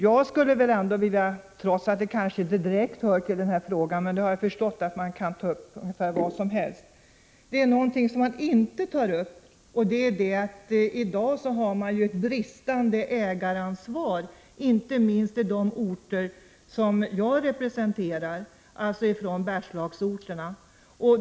Jag skulle vilja ta upp något som inte direkt hör till frågan — jag har förstått att man kan ta upp nästan vad som helst — och det är det bristande ägaransvaret inte minst i de orter som jag representerar, dvs. Bergslagsorterna.